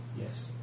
Yes